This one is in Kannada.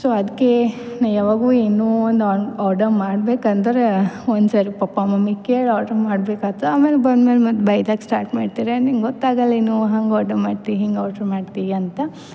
ಸೊ ಅದಕ್ಕೆ ನಾನು ಯಾವಾಗೂ ಏನು ಒಂದು ಆರ್ಡರ್ ಮಾಡಬೇಕಂದ್ರೆ ಒಂದು ಸರಿ ಪಪ್ಪ ಮಮ್ಮಿಗೆ ಕೇಳಿ ಆಡ್ರ್ ಮಾಡ್ಬೇಕಾತು ಆಮೇಲೆ ಬಂದ್ಮೇಲೆ ಮತ್ತು ಬೈದಾಕ ಸ್ಟಾರ್ಟ್ ಮಾಡ್ತಾರೆ ನಿಂಗೆ ಗೊತ್ತಾಗಲ್ಲೇನೂ ಹಂಗೆ ಆರ್ಡರ್ ಮಾಡ್ತಿ ಹಿಂಗೆ ಆಡ್ರ್ ಮಾಡ್ತಿ ಅಂತ